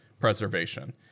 preservation